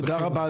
תודה רבה,